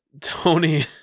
tony